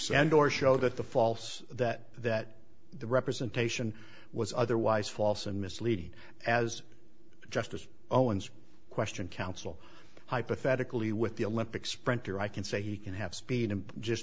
use and or show that the false that that the representation was otherwise false and misleading as just as owen's question counsel hypothetically with the olympic sprinter i can say he can have speed and just